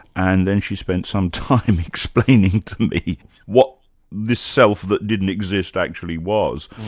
and then she spent some time explaining to me what this self that didn't exist actually was.